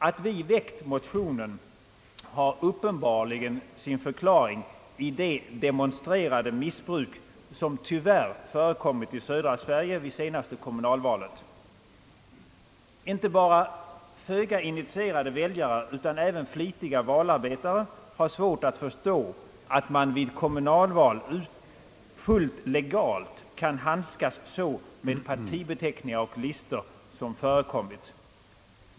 Att vi väckt motion har uppenbarligen sin förklaring i det demonstrerade missbruk som tyvärr förekommit i södra Sverige vid senaste kommunalvalet. Inte bara föga initierade väljare utan även flitiga valarbetare har svårt att förstå, att man vid kommunalval fullt legalt kan handskas så med partibeteckningar och listor som förekommit.